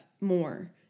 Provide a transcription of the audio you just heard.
more